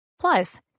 Plus